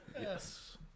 Yes